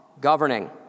governing